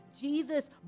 Jesus